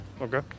Okay